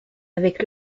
avec